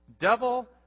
Devil